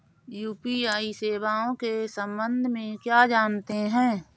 UPI सेवाओं के संबंध में क्या जानते हैं?